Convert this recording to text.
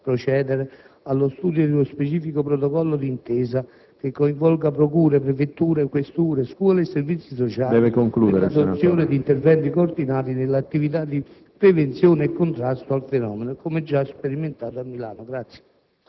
procedere allo studio di uno specifico Protocollo d'intesa, che coinvolga, procure, prefetture, questure, scuole e servizi sociali per l'adozione di interventi coordinati nell'attività di prevenzione e contrasto al fenomeno, come già sperimentato a Milano.